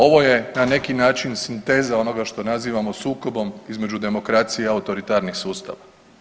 Ovo je na neki način sinteza onoga što nazivamo sukobom između demokracija autoritarnih sustava.